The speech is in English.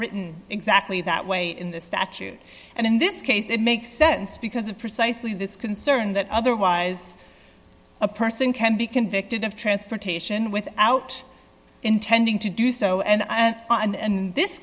written exactly that way in the statute and in this case it makes sense because of precisely this concern that otherwise a person can be convicted of transportation without intending to do so and i and on